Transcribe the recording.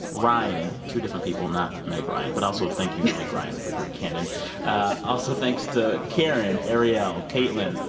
ryan two different people, not meg ryan but also, thank you, meg ryan, for your cannon also thanks to karen, arielle, caitlin,